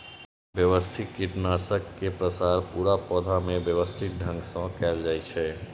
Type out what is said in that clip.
व्यवस्थित कीटनाशक के प्रसार पूरा पौधा मे व्यवस्थित ढंग सं कैल जाइ छै